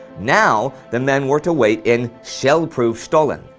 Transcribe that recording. now, the men were to wait in shellproof stollen,